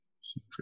Secret